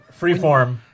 Freeform